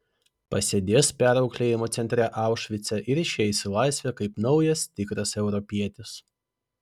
pasėdės perauklėjimo centre aušvice ir išeis į laisvę kaip naujas tikras europietis